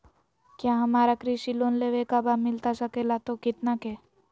क्या हमारा कृषि लोन लेवे का बा मिलता सके ला तो कितना के?